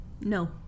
No